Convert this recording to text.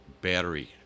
battery